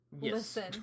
listen